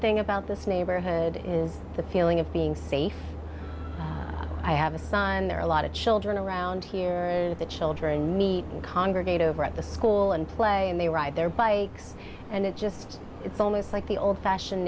thing about this neighborhood is the feeling of being safe i have a son there are a lot of children around here that the children meet and congregate over at the school and play and they ride their bikes and it just it's almost like the old fashioned